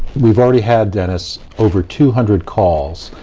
we've already had, dennis, over two hundred calls.